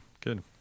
good